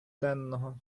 денного